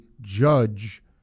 judge